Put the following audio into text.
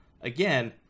again